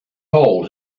hole